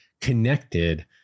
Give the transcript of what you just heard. connected